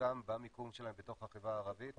חשיבותם במיקום שלהם בתוך החברה הערבית.